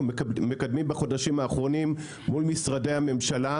מקדמים בחודשים האחרונים מול משרדי הממשלה,